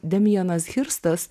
damienas hirstas